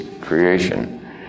creation